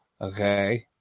Okay